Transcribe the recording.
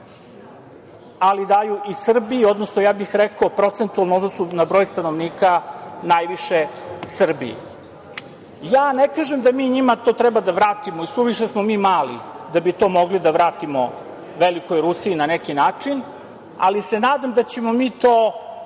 ali daju i Srbiji, odnosno, ja bih rekao, procentualno u odnosu na broj stanovnika, najviše Srbiji. Ja ne kažem da mi njima to treba da vratimo i suviše smo mi mali da bi to mogli da vratimo velikoj Rusiji, na neki način, ali se nadamo da ćemo mi to